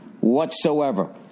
whatsoever